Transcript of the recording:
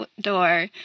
door